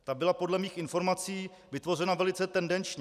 Ta byla podle mých informací vytvořena velice tendenčně.